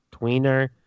Tweener